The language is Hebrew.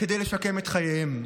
כדי לשקם את חייהם.